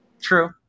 True